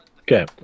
Okay